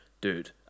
Dude